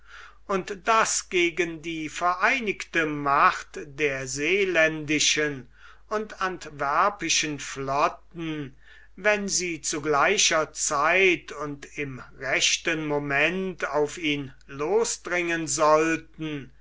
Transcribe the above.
und daß gegen die vereinigte macht der seeländischen und antwerpischen flotten wenn sie zu gleicher zeit und im rechten moment auf ihn losdringen sollten